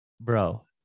bro